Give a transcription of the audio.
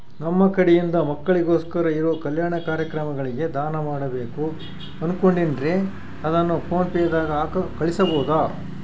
ನಮ್ಮ ಕಡೆಯಿಂದ ಮಕ್ಕಳಿಗೋಸ್ಕರ ಇರೋ ಕಲ್ಯಾಣ ಕಾರ್ಯಕ್ರಮಗಳಿಗೆ ದಾನ ಮಾಡಬೇಕು ಅನುಕೊಂಡಿನ್ರೇ ಅದನ್ನು ಪೋನ್ ಪೇ ದಾಗ ಕಳುಹಿಸಬಹುದಾ?